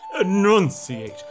Enunciate